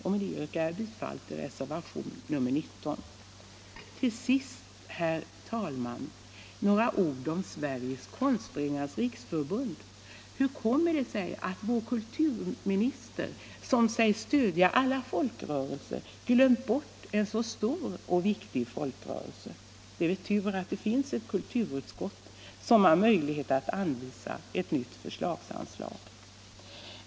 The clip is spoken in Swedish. Med detta yrkar jag bifall till resetvation nr 19. Till sist, herr talman, några ord om Sveriges Konstföreningars Riksförbund. Hur kommer det sig, att vår kulturminister, som sägs stödja alla folkrörelser, glömt bort en så stor och viktig folkrörelse? Tur att det finns ett kulturutskott, som har möjlighet att föreslå ett nytt förslagsanslag!